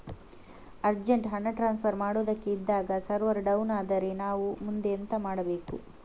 Urgent ಹಣ transfer ಮಾಡೋದಕ್ಕೆ ಇದ್ದಾಗ ಸರ್ವರ್ ಡೌನ್ ಆದರೆ ನಾವು ಮುಂದೆ ಎಂತ ಮಾಡಬೇಕು?